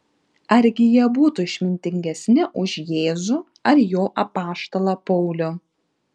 argi jie būtų išmintingesni už jėzų ar jo apaštalą paulių